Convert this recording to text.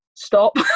Stop